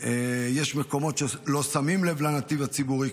יש מקומות שבהם לא שמים לב לנתיב הציבורי,